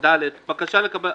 אושר.